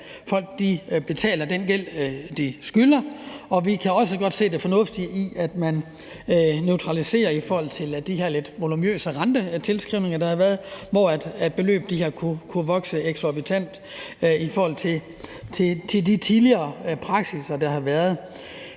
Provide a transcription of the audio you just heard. folk betaler den gæld, de skylder. Vi kan også godt se det fornuftige i, at man neutraliserer de her lidt voluminøse rentetilskrivninger, der har været, hvor beløb har kunnet vokse eksorbitant i forhold til de tidligere praksisser, der har været.